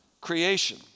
creation